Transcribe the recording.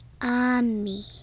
Ami